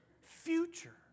future